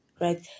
right